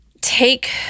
take